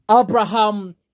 Abraham